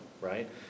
right